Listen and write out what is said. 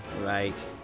Right